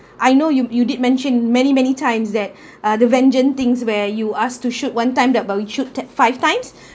I know you you did mention many many times that uh the vengeance things where you asked to shoot one time but we shoot ten five times